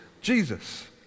Jesus